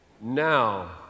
Now